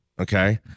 Okay